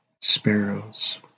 sparrows